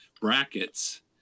brackets